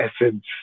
essence